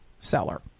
seller